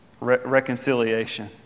Reconciliation